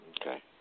Okay